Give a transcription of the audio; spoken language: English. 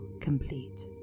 complete